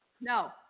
No